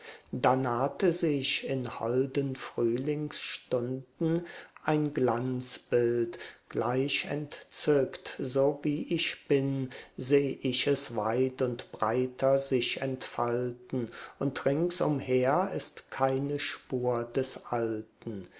da nahte sich in holden frühlingsstunden ein glanzbild gleich entzückt so wie ich bin seh ich es weit und breiter sich entfalten und rings umher ist keine spur des alten